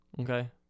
Okay